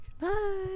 Bye